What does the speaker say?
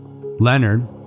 Leonard